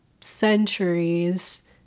centuries